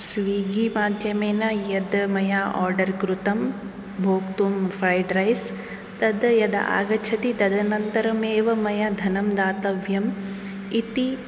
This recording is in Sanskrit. स्विगीमाध्यमेन यद् मया आर्डर् कृतं भोक्तुं फ्रैड् रैस् तत् यदा आगच्छति तदनन्तरमेव मया धनं दातव्यमिति